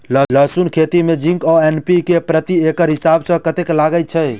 लहसून खेती मे जिंक आ एन.पी.के प्रति एकड़ हिसाब सँ कतेक लागै छै?